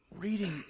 reading